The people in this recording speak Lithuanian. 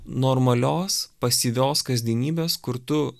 normalios pasyvios kasdienybės kur tu